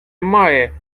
має